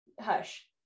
Hush